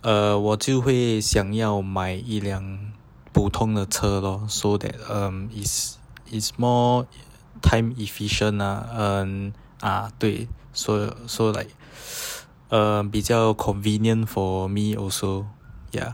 ah 我就会想要买一辆普通的车 loh so that um is is more time efficient lah and ah 对 so so like err 比较 convenient for me also ya